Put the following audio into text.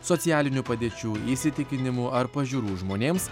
socialinių padėčių įsitikinimų ar pažiūrų žmonėms